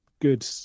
good